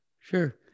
sure